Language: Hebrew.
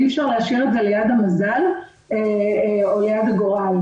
אי-אפשר להשאיר את זה ליד המזל או יד הגורל.